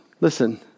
Listen